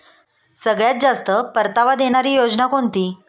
सगळ्यात जास्त परतावा देणारी योजना कोणती?